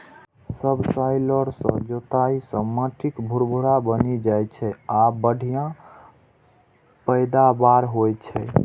subsoiler सं जोताइ सं माटि भुरभुरा बनि जाइ छै आ बढ़िया पैदावार होइ छै